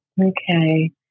Okay